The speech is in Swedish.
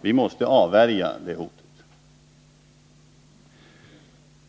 Vi måste avvärja det hotet!